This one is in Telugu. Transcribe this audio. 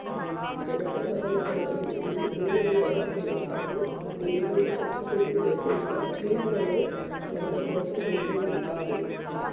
జనపనార ఇత్తనాల నుండి నూనెను తయారు జేత్తారు, దీనిని మాయిశ్చరైజింగ్ ఏజెంట్గా క్రీమ్లలో, వంట కోసం ఉపయోగిత్తారు